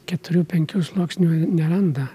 keturių penkių sluoksnių neranda